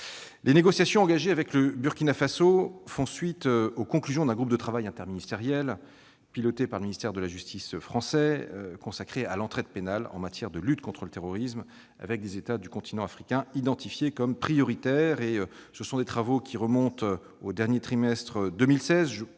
Les négociations engagées avec le Burkina Faso font suite aux conclusions d'un groupe de travail interministériel piloté par le ministère de la justice français et consacré à l'entraide pénale en matière de lutte contre le terrorisme avec des États du continent africain identifiés comme prioritaires. Ces travaux remontent au dernier trimestre de 2016.